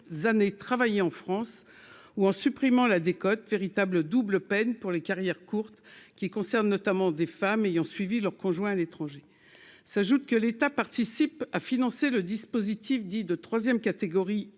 années travailler en France ou en supprimant la décote véritable double peine pour les carrières courtes qui concernent notamment des femmes ayant suivi leur conjoint à l'étranger s'ajoute que l'État participe à financer le dispositif dit de 3ème, catégorie